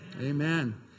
Amen